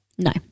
No